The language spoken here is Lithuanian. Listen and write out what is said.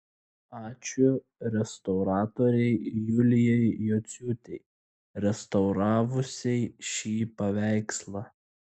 ačiū restauratorei julijai jociūtei restauravusiai šį paveikslą